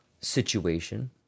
situation